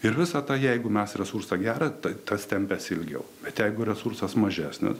ir visą tą jeigu mes resursą gerą tai tas tempias ilgiau bet jeigu resursas mažesnis